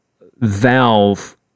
Valve